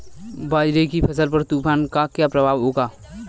बाजरे की फसल पर तूफान का क्या प्रभाव होगा?